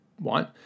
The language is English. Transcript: want